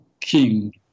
King